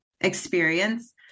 experience